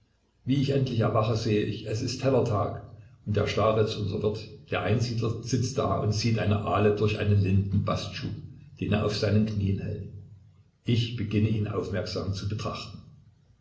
wie ich endlich erwache sehe ich es ist heller tag und der starez unser wirt der einsiedler sitzt da und zieht eine aale durch einen lindenbastschuh den er auf seinen knien hält ich beginne ihn aufmerksam zu betrachten